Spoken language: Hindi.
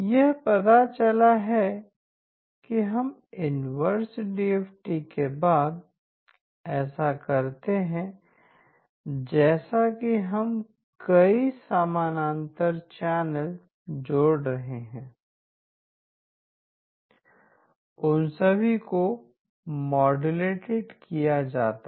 यह पता चला है कि हम इन्वर्स डीएफटी के बाद ऐसा करते हैं जैसे कि हम कई समानांतर चैनल जोड़ रहे हैं उन सभी को माड्यूलेटेड किया जाता है